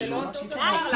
זה לא אותו דבר.